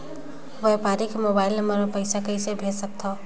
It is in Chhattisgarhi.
व्यापारी के मोबाइल नंबर मे पईसा कइसे भेज सकथव?